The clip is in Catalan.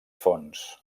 fons